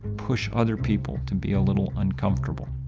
push other people to be a little uncomfortable.